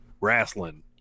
wrestling